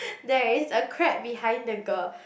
there is a crab behind the girl